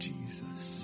Jesus